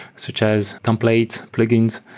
such as template, plugins.